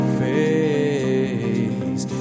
face